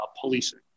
policing